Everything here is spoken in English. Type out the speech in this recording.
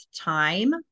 time